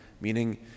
meaning